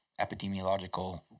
epidemiological